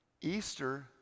Easter